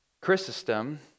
Chrysostom